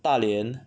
大连